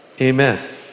amen